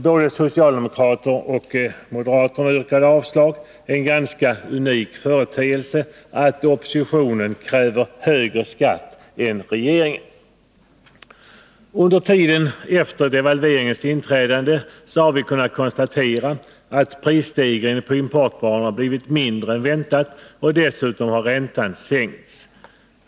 Både socialdemokrater och moderater yrkade avslag; det är en ganska unik företeelse att oppositionen kräver högre skatt än regeringen. Under tiden efter devalveringens ikraftträdande har vi kunnat konstatera att prisstegringen på importvaror blivit mindre än väntat. Dessutom har räntan sänkts.